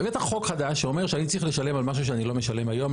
הבאת חוק חדש שאומר שאני צריך לשלם על משהו שאני לא משלם היום.